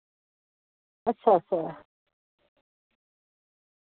अच्छा अच्छा